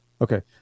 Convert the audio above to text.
Okay